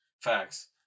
Facts